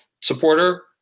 supporter